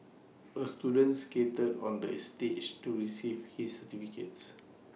A student skated on the A stage to receive his certificates